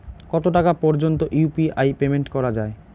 কত টাকা পর্যন্ত ইউ.পি.আই পেমেন্ট করা যায়?